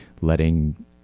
letting